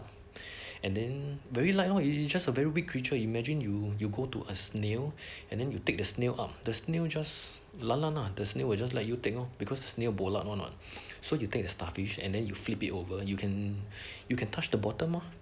and then very light lor it's just a very weak creature imagine you you go to a snail and then you take the snail up the snail just lan lan lah the snail will just let you take lor because snail [one] [what] so you take the starfish and then you flip it over you can you can touch the bottom lor